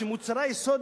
שמוצרי היסוד,